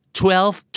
twelve